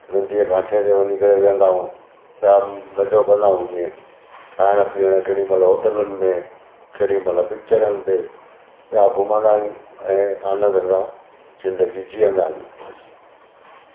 नदीअ जे काठे ते वञी करे विहंदा ऐं त मज़ो कंदा ऐं हीअं खाइणु पीअणु केॾी महिल होटलनि में केॾी महिल पिचरनि ते त घुमंदा आहियूं ऐं आनंद सां ज़िंदगी जीअंदा आहियूं